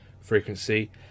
frequency